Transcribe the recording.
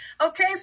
Okay